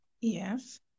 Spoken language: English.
Yes